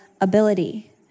ability